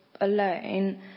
alone